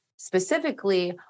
Specifically